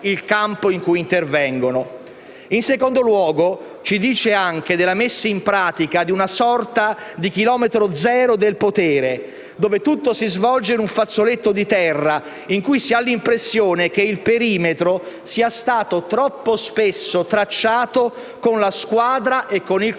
il campo in cui intervengono. In secondo luogo, ci dice anche della messa in pratica di una sorta di chilometro zero del potere, dove tutto si svolge in un fazzoletto di terra in cui si ha l'impressione che il perimetro sia stato troppo spesso tracciato con la squadra e con il